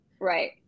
right